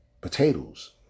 potatoes